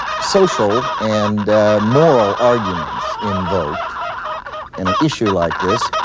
social and moral arguments invoked in an issue like this,